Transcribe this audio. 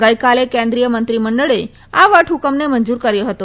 ગઇકાલે કેન્દ્રિય મંત્રીમંડળે આ વટહુકમને મંજૂર કર્યો હતો